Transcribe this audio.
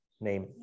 name